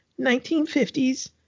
1950s